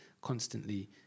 constantly